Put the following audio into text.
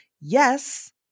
yes